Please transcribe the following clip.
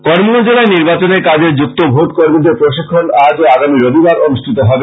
করিমগঞ্জ জেলায় নির্বাচনের কাজে যুক্ত ভোট কর্মীদের প্রশিক্ষন আজ ও আগামী রবিবার অনুষ্ঠিত হবে